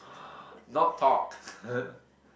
not talk